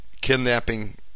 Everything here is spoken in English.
kidnapping